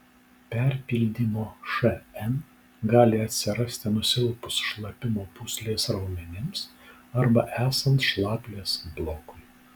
perpildymo šn gali atsirasti nusilpus šlapimo pūslės raumenims arba esant šlaplės blokui